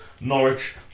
Norwich